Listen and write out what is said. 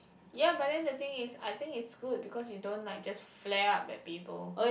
ya but then the thing is I think is good because you don't like just flare up at people